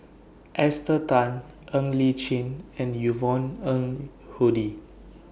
Esther Tan Ng Li Chin and Yvonne Ng Uhde